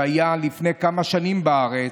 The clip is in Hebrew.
שהיה לפני כמה שנים בארץ: